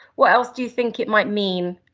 what else do you think it might mean?